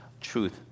truth